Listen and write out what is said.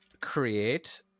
create